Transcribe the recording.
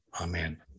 Amen